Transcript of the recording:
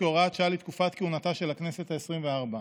כהוראת שעה לתקופת כהונתה של הכנסת העשרים-וארבע.